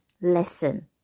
lesson